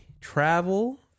travel